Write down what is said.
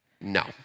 No